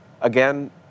again